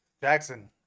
Jackson